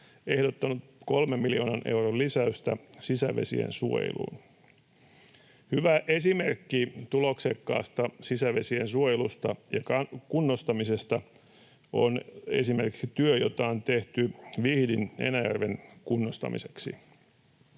ehdottanut kolmen miljoonan euron lisäystä sisävesien suojeluun. Hyvä esimerkki tuloksekkaasta sisävesien suojelusta ja kunnostamisesta on esimerkiksi työ, jota on tehty Vihdin Enäjärven kunnostamiseksi.